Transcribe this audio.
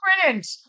brilliant